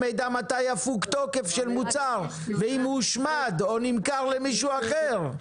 מידע מתי יפוג תוקפו של המוצר ואם הוא הושמד או נמכר למישהו אחר.